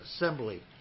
Assembly